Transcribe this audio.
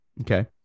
okay